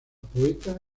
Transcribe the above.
poeta